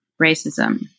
racism